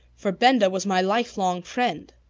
for benda was my lifelong friend.